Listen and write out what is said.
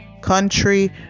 country